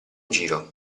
giro